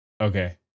okay